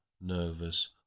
nervous